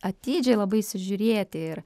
atidžiai labai įsižiūrėti ir